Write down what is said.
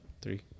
Three